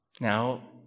Now